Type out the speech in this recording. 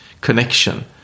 connection